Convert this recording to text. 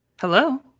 Hello